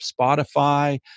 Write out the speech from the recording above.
Spotify